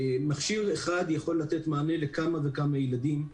מכשיר אחד יכול לתת מענה לכמה וכמה ילדים,